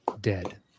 dead